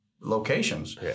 Locations